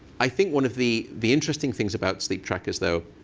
i think one of the the interesting things about sleep trackers, though,